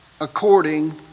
according